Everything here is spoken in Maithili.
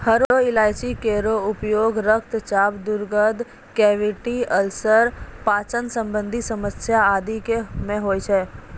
हरो इलायची केरो उपयोग रक्तचाप, दुर्गंध, कैविटी अल्सर, पाचन संबंधी समस्या आदि म होय छै